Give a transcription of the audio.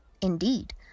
Indeed